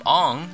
on